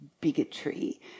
bigotry